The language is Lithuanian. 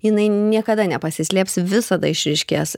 jinai niekada nepasislėps visada išryškės